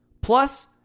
plus